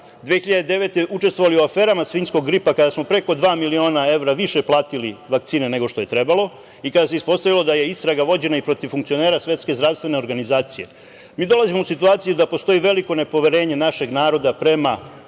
godine učestvovali u aferama svinjskog gripa, kada smo preko dva miliona evra više platili vakcine nego što je trebalo i kada se ispostavilo da je istraga vođena i protiv funkcionera Svetske zdravstvene organizacije, mi dolazimo u situaciju da postoji veliko nepoverenje našeg naroda prema